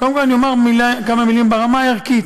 קודם כול אני אומר כמה מילים ברמה הערכית.